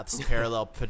parallel